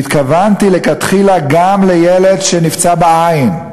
והתכוונתי לכתחילה גם לילד שנפצע בעין.